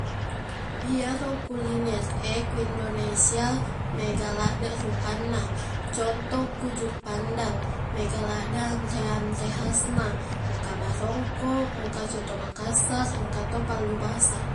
Iyaro kuliner e ku indonesia mega laddeq rupanna contoh ku juppandang mega laddeq anre-anre khasna engka barongko engka coto makassar engkato pallu basa